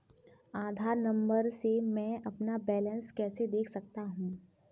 आधार नंबर से मैं अपना बैलेंस कैसे देख सकता हूँ?